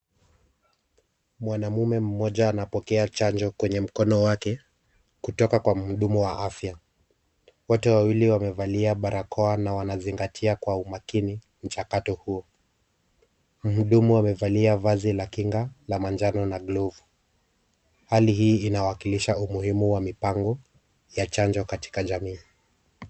Mwanamume mmoja anapokea chanjo kwenye mkono wake kutoka kwa mhudumu wa afya. Wote wawili wamevalia barakoa na wanazingatia kwa umakini mchakato huo. Mhudumu amevalia vazi la kinga la manjano na glovu. Hali hii inawakilisha umuhimu wa mipango ya chanjo katika jamii.